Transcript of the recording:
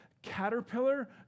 Caterpillar